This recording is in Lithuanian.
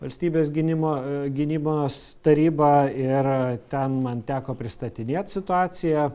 valstybės gynimo gynybos taryba ir ten man teko pristatinėt situaciją